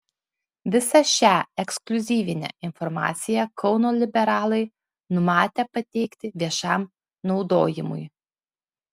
visą šią ekskliuzyvinę informaciją kauno liberalai numatę pateikti viešam naudojimui